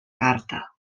carta